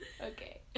Okay